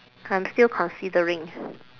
I'm still considering